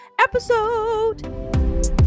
episode